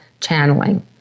channeling